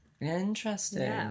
Interesting